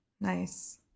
Nice